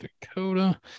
Dakota